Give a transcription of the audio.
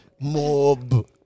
mob